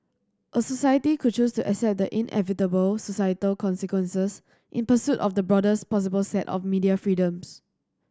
a society could choose to accept the inevitable societal consequences in pursuit of the broadest possible set of media freedoms